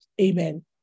amen